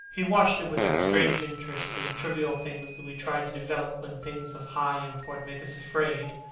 he watched it with that strange interest in trivial things that we try to develop when things of high import make us afraid,